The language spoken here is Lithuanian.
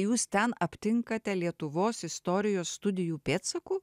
jūs ten aptinkate lietuvos istorijos studijų pėdsakų